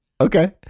Okay